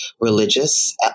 religious